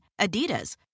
Adidas